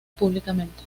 públicamente